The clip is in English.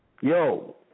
Yo